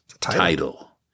title